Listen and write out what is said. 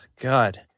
God